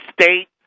state